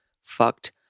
Fucked